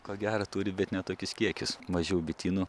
ko gero turi bet ne tokius kiekius mažiau bitynų